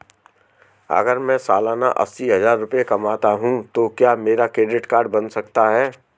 अगर मैं सालाना अस्सी हज़ार रुपये कमाता हूं तो क्या मेरा क्रेडिट कार्ड बन सकता है?